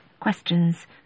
questions